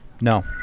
No